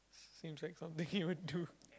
seems like something he would do